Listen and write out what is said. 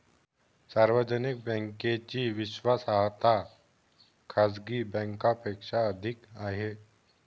सार्वजनिक बँकेची विश्वासार्हता खाजगी बँकांपेक्षा अधिक आहे